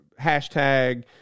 hashtag